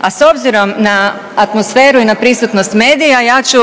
A s obzirom na atmosferu i na prisutnost medija ja ću